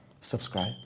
subscribe